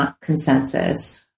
consensus